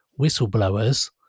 whistleblowers